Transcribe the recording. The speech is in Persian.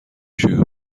شیوع